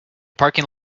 parking